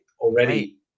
already